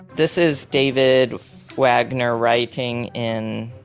this is david wagner writing in,